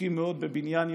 עסוקים מאוד בבניין ירושלים,